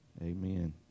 amen